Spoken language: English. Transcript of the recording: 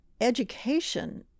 education